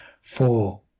four